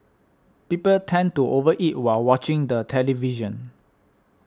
people tend to over eat while watching the television